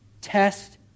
test